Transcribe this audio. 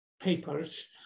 papers